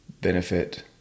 benefit